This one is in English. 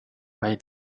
why